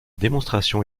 démonstration